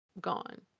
gone